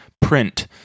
Print